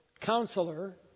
Counselor